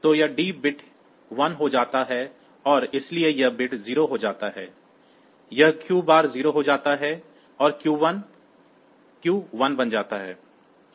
तो यह D bit 1 हो जाता है और इसलिए यह बिट 0 हो जाता है यह Q बार 0 हो जाता है और Q 1 बन जाता है